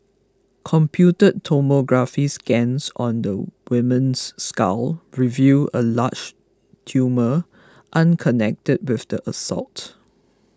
computed tomography scans on the woman's skull revealed a large tumour unconnected with the assault